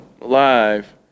Live